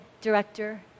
director